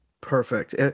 perfect